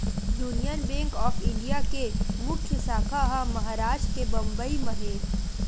union bank of India के मुख्य साखा ह महारास्ट के बंबई म हे